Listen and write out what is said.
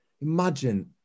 imagine